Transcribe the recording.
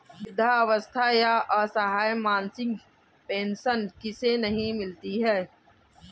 वृद्धावस्था या असहाय मासिक पेंशन किसे नहीं मिलती है?